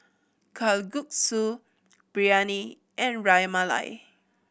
Kalguksu Biryani and Ras Malai